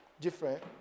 different